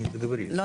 לא,